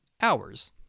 hours